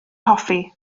hoffi